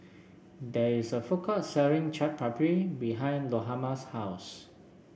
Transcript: there is a food court selling Chaat Papri behind Lahoma's house